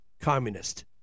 communist